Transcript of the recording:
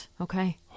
Okay